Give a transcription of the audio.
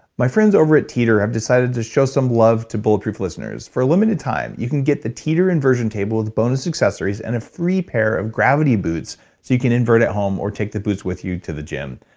my friends over at teeter have decided to show some love to bulletproof listeners. for a limited time, you can get the teeter inversion table with bonus accessories and a free pair of gravity boots so you can invert at home or take the boots with you to the gym.